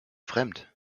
fremd